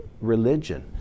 religion